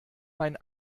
mein